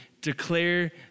declare